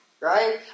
right